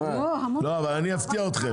כל הזמן הם עולים.